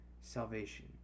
salvation